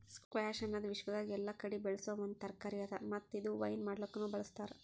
squash ಅನದ್ ವಿಶ್ವದಾಗ್ ಎಲ್ಲಾ ಕಡಿ ಬೆಳಸೋ ಒಂದ್ ತರಕಾರಿ ಅದಾ ಮತ್ತ ಇದು ವೈನ್ ಮಾಡ್ಲುಕನು ಬಳ್ಸತಾರ್